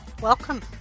Welcome